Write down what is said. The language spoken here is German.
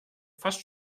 fast